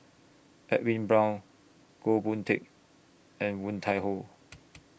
Edwin Brown Goh Boon Teck and Woon Tai Ho